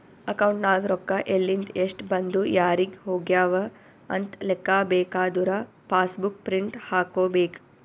account ನಾಗ್ ರೊಕ್ಕಾ ಎಲಿಂದ್, ಎಸ್ಟ್ ಬಂದು ಯಾರಿಗ್ ಹೋಗ್ಯವ ಅಂತ್ ಲೆಕ್ಕಾ ಬೇಕಾದುರ ಪಾಸ್ ಬುಕ್ ಪ್ರಿಂಟ್ ಹಾಕೋಬೇಕ್